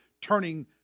turning